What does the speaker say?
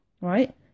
right